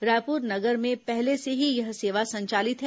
रायपुर नगर में पहले से ही यह सेवा संचालित है